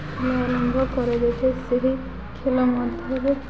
ଆରମ୍ଭ କରାଯାଇଥାଏ ସେହି ଖେଳ ମଧ୍ୟରେ